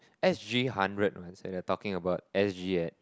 S G hundred man so we are talking about S G at